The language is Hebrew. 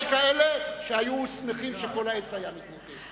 יש כאלה שהיו שמחים שכל העץ היה מתמוטט.